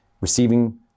receiving